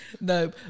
No